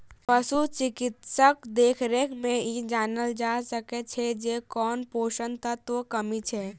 पशु चिकित्सकक देखरेख मे ई जानल जा सकैत छै जे कोन पोषण तत्वक कमी छै